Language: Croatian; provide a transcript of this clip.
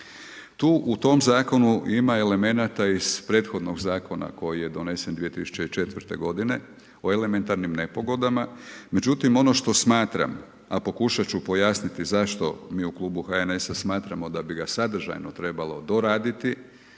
Tu u tom zakonu ima elemenata iz prethodnog zakona, koji je donesen iz 2004. g. o elementarnim nepogodama, međutim, ono što smatram i pokušati ću pojasniti zašto mi u Klubu HSN-a smatramo da bi sadržajno trebalo doraditi,